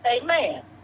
Amen